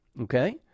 Okay